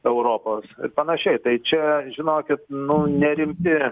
europos ir panašiai tai čia žinokit nu nerimti